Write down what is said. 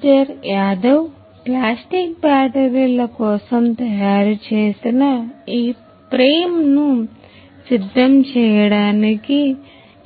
mister Yadav plastic బ్యాటరీల కోసం తయారు చేసిన ఈ ఫ్రేమ్ను సిద్ధం చేయడానికి